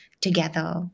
together